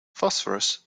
phosphorus